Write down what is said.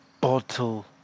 Bottle